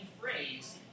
phrase